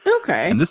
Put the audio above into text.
Okay